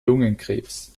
lungenkrebs